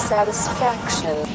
Satisfaction